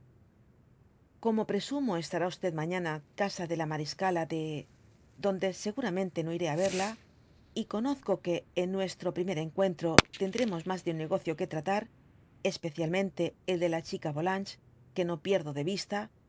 gomo presumo estará mañana casa de la maríscala de donde seguramente no iré á erla y conozco que en nuestro primer encueortro tendremos mas de un negocio que tratar especialmente el de la cbica yolanges que no pierdo de vista